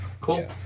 cool